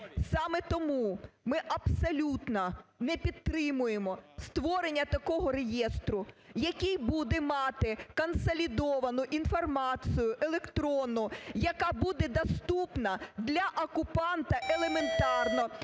Саме тому ми абсолютно не підтримуємо створення такого реєстру, який буде мати консолідовану інформацію електрону, яка буде доступна для окупанта елементарно,